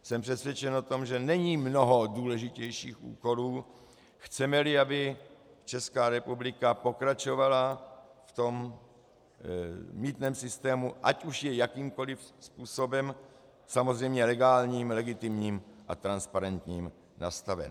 Jsem přesvědčen o tom, že není mnoho důležitějších úkolů, chcemeli, aby Česká republika pokračovala v tom mýtném systému, ať už je jakýmkoliv způsobem, samozřejmě legálním, legitimním a transparentním, nastaven.